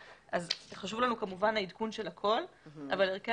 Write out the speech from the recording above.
חשוב לנו כמובן העדכון של הכול אבל ערכי